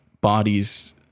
bodies